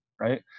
right